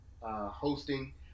hosting